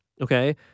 okay